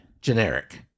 Generic